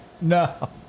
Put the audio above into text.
No